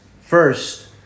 first